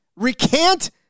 recant